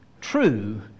true